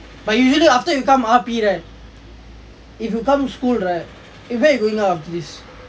but usually after you come R_P right if you come school right eh where you going ah after this